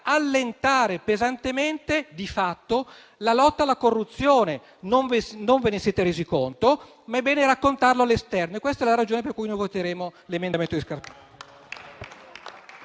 allentate pesantemente di fatto la lotta alla corruzione. Non ve ne siete resi conto, ma è bene raccontarlo all'esterno. Questa è la ragione per cui voteremo a favore dell'emendamento del senatore